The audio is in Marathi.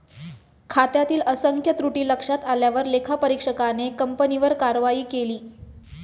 खात्यातील असंख्य त्रुटी लक्षात आल्यावर लेखापरीक्षकाने कंपनीवर कारवाई केली